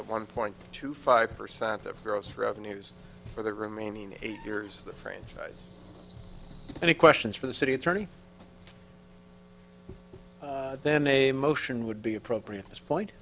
of one point two five percent of gross revenues for the remaining eight years of the franchise any questions for the city attorney then a motion would be appropriate at this point